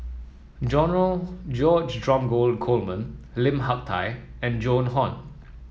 George Dromgold Coleman Lim Hak Tai and Joan Hon